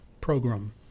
program